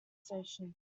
station